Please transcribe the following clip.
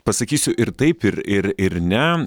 pasakysiu ir taip ir ir ir ne